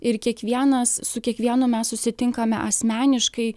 ir kiekvienas su kiekvienu mes susitinkame asmeniškai